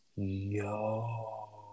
Yo